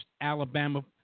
Alabama